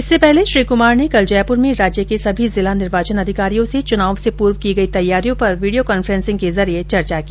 इससे पहले श्री कुमार ने कल जयपुर में राज्य के सभी जिला निर्वाचन अधिकारियों से चुनाव से पूर्व की गई तैयारियों पर वीडियो कॉन्फ्रेसिंग के जरिए चर्चा की